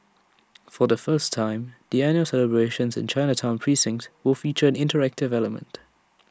for the first time the annual celebrations in Chinatown precinct will feature an interactive element